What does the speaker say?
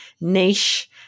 niche